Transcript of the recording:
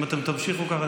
אם אתן תמשיכו ככה,